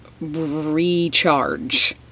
recharge